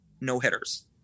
no-hitters